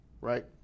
right